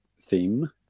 theme